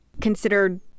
considered